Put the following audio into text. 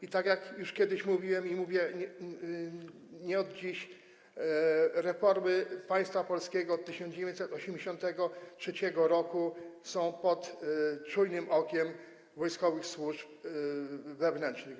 I tak jak już kiedyś mówiłem, mówię to nie od dziś, reformy państwa polskiego od 1983 r. są pod czujnym okiem Wojskowych Służb Wewnętrznych.